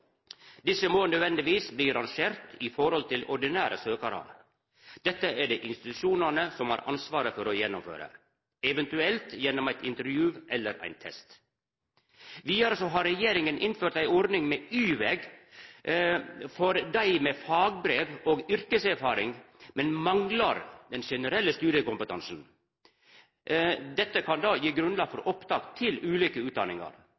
Desse må nødvendigvis bli rangert i forhold til ordinære søkarar. Dette er det institusjonane som har ansvaret for å gjennomføra, eventuelt gjennom eit intervju eller ein test. Vidare har regjeringa innført ei ordning med Y-veg for dei med fagbrev og yrkeserfaring, men som manglar den generelle studiekompetansen. Dette kan gi grunnlag for opptak til ulike utdanningar,